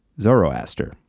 Zoroaster